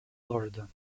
florida